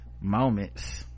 moments